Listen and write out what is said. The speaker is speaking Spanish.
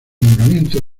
nombramiento